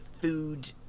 food